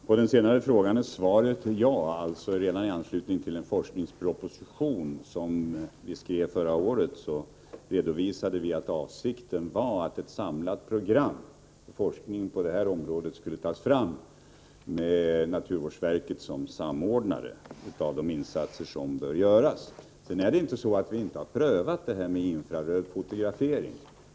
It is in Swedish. Herr talman! På den senare frågan är svaret ja. Redan i anslutning till den forskningsproposition som vi skrev förra året redovisade vi att avsikten var att ett samlat program för forskning på det här området skulle tas fram, med naturvårdsverket som samordnare av de insatser som bör göras. Sedan är det inte så att vi inte har prövat detta med infraröd-fotografering.